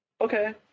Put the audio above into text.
okay